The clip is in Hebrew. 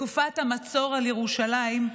בתקופת המצור על ירושלים,